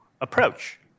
approach